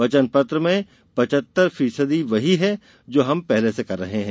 वचनपत्र में पचहत्तर फीसदी वही है जो हम पहली से कर रहे है